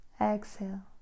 Exhale